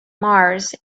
mars